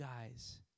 guys